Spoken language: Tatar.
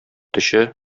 төче